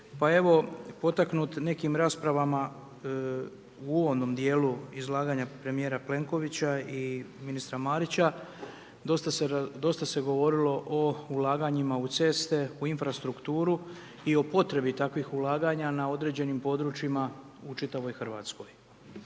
Pa evo, potaknut nekim raspravama u uvodnom dijelu izlaganja premijera Plenkovića i ministra Marića, dosta se govorilo o ulaganjima u ceste, u infrastrukturu i o potrebi takvih ulaganja na određenim područjima u čitavoj RH.